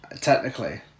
Technically